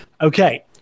okay